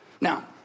Now